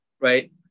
right